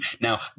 Now